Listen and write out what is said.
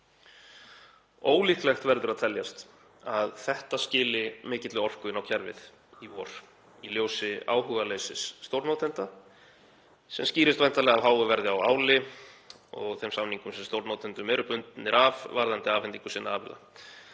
„Ólíklegt verður að teljast að þetta skili mikilli orku inn á kerfið í vor í ljósi áhugaleysis stórnotenda sem skýrist væntanlega af háu verði á áli og þeim samningum sem stórnotendur eru bundnir af varðandi afhendingu sinna afurða.